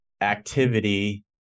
activity